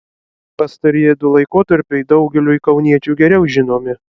pastarieji du laikotarpiai daugeliui kauniečių geriau žinomi